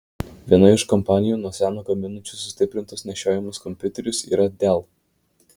viena iš kompanijų nuo seno gaminančių sustiprintus nešiojamus kompiuterius yra dell